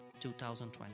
2020